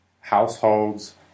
households